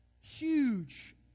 huge